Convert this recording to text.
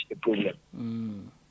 problem